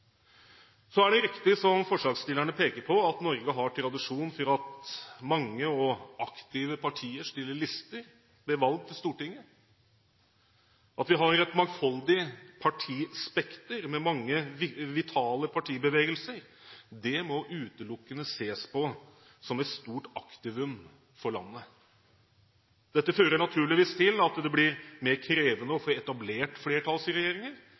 er riktig, som forslagsstillerne peker på, at Norge har tradisjon for at mange og aktive partier stiller lister ved valg til Stortinget. At vi har et mangfoldig partispekter, med mange vitale partibevegelser, må utelukkende ses på som et stort aktivum for landet. Dette fører naturligvis til at det blir mer krevende å